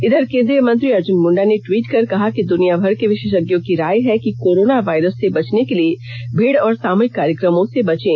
इधर केंद्रीय मंत्री अर्जुन मुंडा ने टवीट कर कहा कि दुनिया भर के विशेषज्ञों की राय है कि कोरोना वायरस से बचने के लिए भीड़ और सामूहिक कार्यक्रमों से बचें